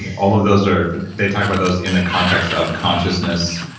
all of those are they talk about those in the context of consciousness.